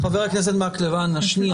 חבר הכנסת מקלב, אנא, שנייה.